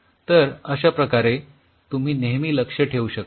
तर अश्या प्रकारे तुम्ही नेहमी लक्ष ठेवू शकता